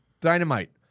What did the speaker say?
Dynamite